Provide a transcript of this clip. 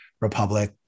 republic